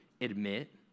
admit